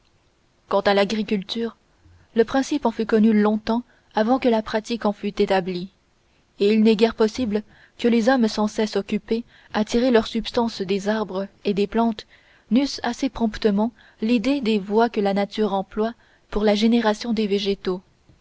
quant à l'agriculture le principe en fut connu longtemps avant que la pratique en fût établie et il n'est guère possible que les hommes sans cesse occupés à tirer leur subsistance des arbres et des plantes n'eussent assez promptement l'idée des voies que la nature emploie pour la génération des végétaux